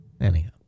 Anyhow